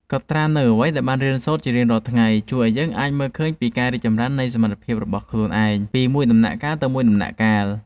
កត់ត្រានូវអ្វីដែលបានរៀនសូត្រជារៀងរាល់ថ្ងៃជួយឱ្យយើងអាចមើលឃើញពីការរីកចម្រើននៃសមត្ថភាពរបស់ខ្លួនឯងពីមួយដំណាក់កាលទៅមួយដំណាក់កាល។